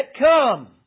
come